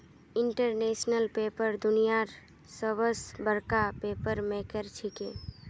international Paper दुनियार सबस बडका पेपर मेकर छिके